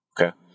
Okay